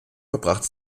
verbracht